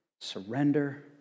surrender